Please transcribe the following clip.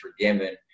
forgiven